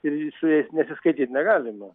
ir su jais nesiskaityt negalima